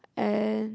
and